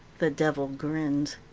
the devil grins.